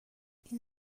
این